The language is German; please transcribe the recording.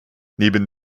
neben